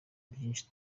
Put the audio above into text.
byinshi